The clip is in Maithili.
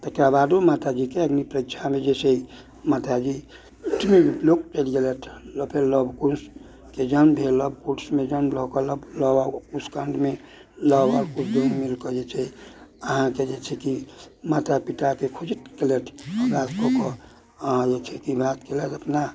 तकरा बादो माता जी के अग्नि परिक्षामे जे छै माता जी पृथ्वी लोक चलि गेलथि फेर लव कुशके जन्म भेल लव कुशमे जन्म लऽ कऽ लव कुश काण्डमे लव कुश दुनू मिल कऽ जे छै अहाँके जे छै कि माता पिताके खोजित केलथि कऽ कऽ अहाँ लग की बात केलथि अपना